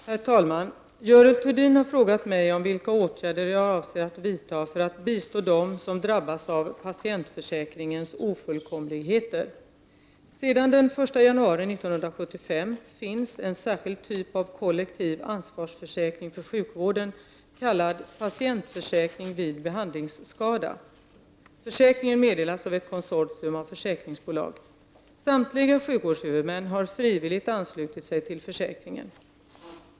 Herr talman! Görel Thurdin har frågat mig om vilka åtgärder jag avser att vidta för att bistå dem som drabbas av patientförsäkringens ofullkomligheter. Sedan den 1 januari 1975 finns en särskild typ av kollektiv ansvarsförsäkring för sjukvården, kallad Patientförsäkring vid behandlingsskada. Försäkringen meddelas av ett konsortium av försäkringsbolag. Samtliga sjukvårdshuvudmän har frivilligt anslutit sig till försäkringen.